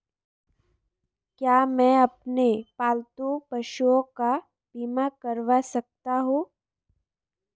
क्या मैं अपने पालतू पशुओं का बीमा करवा सकता हूं?